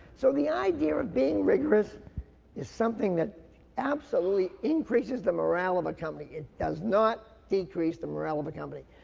so the idea of being rigorous is something that absolutely increases the moral of a company. it does not decrease the moral of the company.